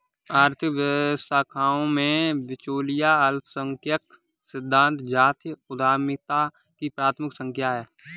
आर्थिक व्याख्याओं में, बिचौलिया अल्पसंख्यक सिद्धांत जातीय उद्यमिता की प्राथमिक व्याख्या है